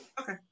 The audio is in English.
Okay